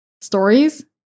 Stories